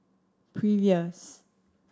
previous